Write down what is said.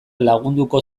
lagunduko